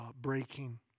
breaking